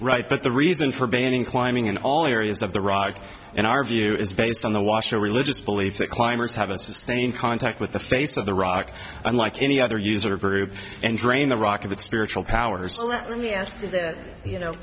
right but the reason for banning climbing in all areas of the rock in our view is based on the washer religious belief that climbers have a sustained contact with the face of the rock unlike any other user group and drain the rock of spiritual power so let me ask you that you know